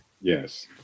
Yes